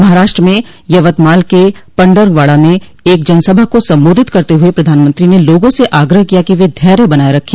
महाराष्ट्र में यवतमाल के पंढकवाड़ा में एक जनसभा को सम्बोधित करते हुए प्रधानमंत्री ने लोगों से आग्रह किया कि वे धैर्य बनाये रखें